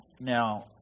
Now